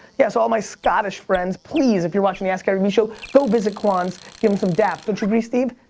yeah so all my scottish friends, please if you're watching the askgaryvee show, go visit kwan's, give him some daps. don't you agree, steve?